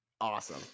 awesome